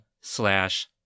slash